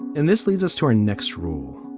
and this leads us to our next rule.